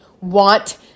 want